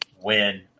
win